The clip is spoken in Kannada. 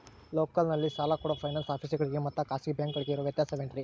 ಲೋಕಲ್ನಲ್ಲಿ ಸಾಲ ಕೊಡೋ ಫೈನಾನ್ಸ್ ಆಫೇಸುಗಳಿಗೆ ಮತ್ತಾ ಖಾಸಗಿ ಬ್ಯಾಂಕುಗಳಿಗೆ ಇರೋ ವ್ಯತ್ಯಾಸವೇನ್ರಿ?